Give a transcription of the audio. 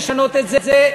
לשנות את זה,